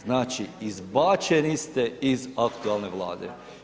Znači izbačeni ste iz aktualne Vlade.